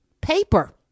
Paper